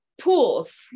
Pools